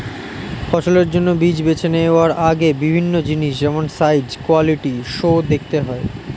ফসলের জন্য বীজ বেছে নেওয়ার আগে বিভিন্ন জিনিস যেমন সাইজ, কোয়ালিটি সো দেখতে হয়